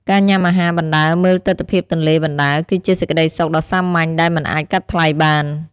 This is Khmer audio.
ការញ៉ាំអាហារបណ្តើរមើលទិដ្ឋភាពទន្លេបណ្តើរ គឺជាសេចក្តីសុខដ៏សាមញ្ញដែលមិនអាចកាត់ថ្លៃបាន។